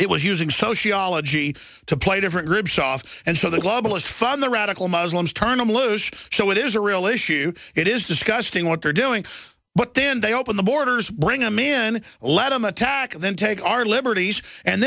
was using so she ology to play different groups off and so the globalist fun the radical muslims turn a lose so it is a real issue it is disgusting what they're doing but then they open the borders bring them in let them attack and then take our liberties and